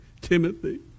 Timothy